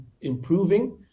improving